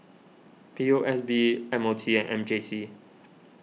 P O S B M O T and M J C